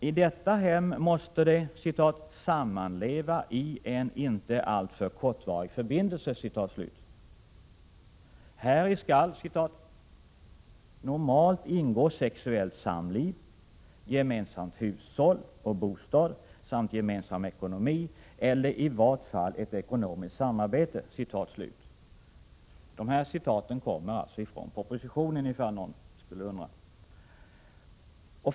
I detta hem måste de ”sammanleva i en inte alltför kortvarig förbindelse”. Häri skall ”normalt ingå sexuellt samliv, gemensamt hushåll och bostad samt gemensam ekonomi eller i vart fall ett ekonomiskt samarbete”. Dessa citat kommer från propositionen, om någon skulle undra.